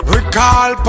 Recall